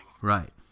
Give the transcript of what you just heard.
Right